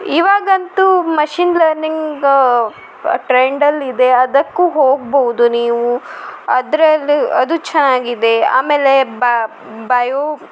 ಇವಾಗಂತೂ machine learning ಟ್ರೆಂಡಲ್ಲಿ ಇದೆ ಅದಕ್ಕೂ ಹೋಗ್ಬೌದು ನೀವು ಅದರಲ್ಲೂ ಅದೂ ಚೆನ್ನಾಗಿದೆ ಆಮೇಲೆ ಬಯೋ